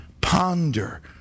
Ponder